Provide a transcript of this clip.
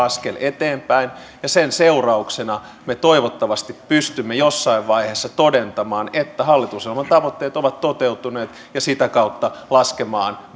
askel eteenpäin ja sen seurauksena me toivottavasti pystymme jossain vaiheessa todentamaan että hallitusohjelman tavoitteet ovat toteutuneet ja sitä kautta laskemaan